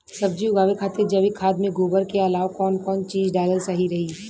सब्जी उगावे खातिर जैविक खाद मे गोबर के अलाव कौन कौन चीज़ डालल सही रही?